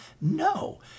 no